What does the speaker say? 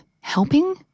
helping